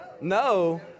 No